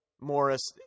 Morris